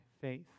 faith